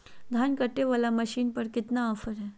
धान कटे बाला मसीन पर कतना ऑफर हाय?